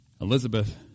Elizabeth